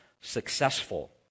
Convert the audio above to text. successful